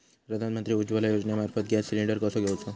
प्रधानमंत्री उज्वला योजनेमार्फत gas cylinder कसो घेऊचो?